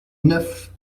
neuf